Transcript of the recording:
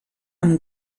amb